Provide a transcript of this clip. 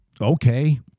okay